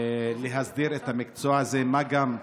להסדיר את המקצוע הזה, מה גם,